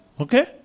Okay